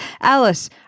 Alice